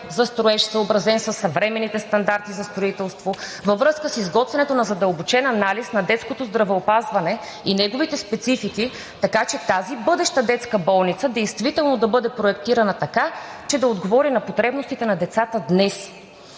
за строеж, съобразен със съвременните стандарти за строителство, във връзка с изготвянето на задълбочен анализ на детското здравеопазване и неговите специфики, така че тази бъдеща детска болница действително да бъде проектирана така, че да отговори на потребностите на децата днес.